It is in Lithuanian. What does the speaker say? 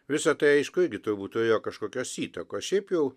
visa tai aišku irgi turbūt turėjo kažkokios įtakos šiaip jau